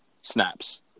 snaps